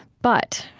but